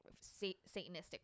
Satanistic